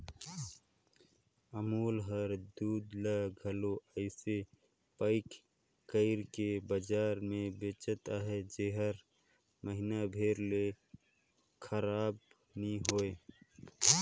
अमूल हर दूद ल घलो अइसे पएक कइर के बजार में बेंचत अहे जेहर महिना भेर ले खराब नी होए